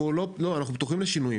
אנחנו פתוחים לשינויים,